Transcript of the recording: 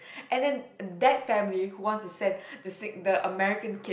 and then that family who wants to send the sing~ the American kid